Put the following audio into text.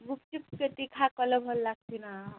ଗୁପ୍ ଚୁପ୍ ତୀଖା କଲେ ଭଲ୍ ଲାଗୁଛି ନା